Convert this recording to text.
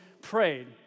prayed